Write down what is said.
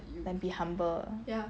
and be humble